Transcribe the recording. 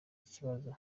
ikibazo